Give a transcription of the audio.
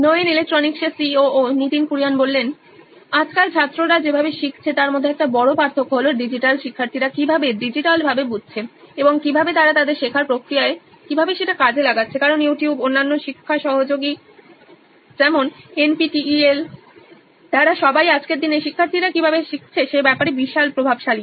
Nitin Kurian COO নইনইলেকট্রনিক্স আজকাল ছাত্ররা যেভাবে শিখছে তার মধ্যে একটা বড় পার্থক্য হল ডিজিটাল শিক্ষার্থীরা কিভাবে ডিজিটালভাবে বুঝছে এবং কিভাবে তারা তাদের শেখার প্রক্রিয়ায় কিভাবে সেটা কাজে লাগাচ্ছে কারণ ইউটিউব অন্যান্য শিক্ষা সহযোগী যেমন এনপিটিইএল তারা সবাই আজকের দিনে শিক্ষার্থীরা কীভাবে শিখছে সে ব্যাপারে বিশাল প্রভাবশালী